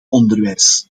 onderwijs